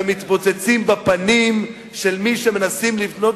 ומתפוצצים בפנים של מי שמנסים לבנות